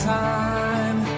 time